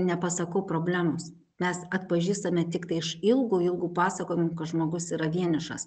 nepasakau problemos mes atpažįstame tiktai iš ilgų ilgų pasakojimų kad žmogus yra vienišas